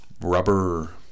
rubber